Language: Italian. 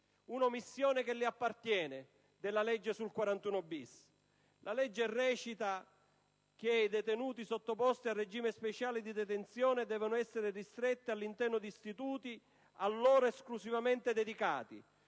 un'omissione che le appartiene della legge sul regime di cui al 41-*bis*. La legge recita che i detenuti sottoposti al regime speciale di detenzione devono essere ristretti all'interno di istituti a loro esclusivamente dedicati,